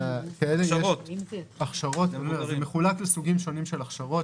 זה מחולק לסוגים שונים של הכשרות.